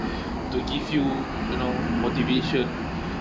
to give you you know motivation